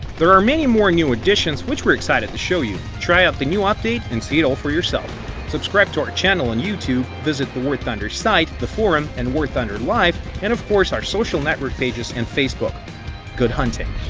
there are many more new additions which we're excited to show you. try out the new update and see all for yourself subscribe to our channel on youtube, visit the war thunder site the forum and war thunder live, and of course our social network pages and facebook good hunting!